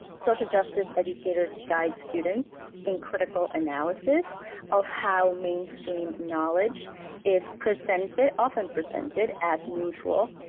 social justice educators guide students in critical analysis of how mainstream knowledge is presented, often presented as neutral,